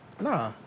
Nah